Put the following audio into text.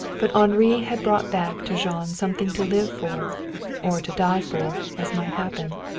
but henri had brought back to jean something to live for or to die for, as might happen.